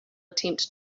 attempt